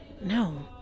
No